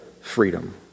Freedom